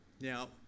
Now